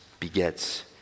begets